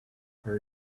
her